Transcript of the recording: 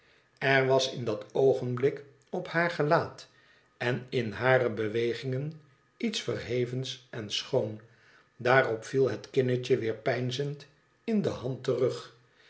er was in dat oogenblik op haar gelaat en in hare bewegingen iets verhevens en schoons daarop viel het kinnetje weer peinzend in de hand terug